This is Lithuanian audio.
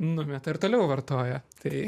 numeta ir toliau vartoja tai